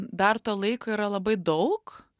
dar to laiko yra labai daug